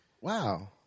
Wow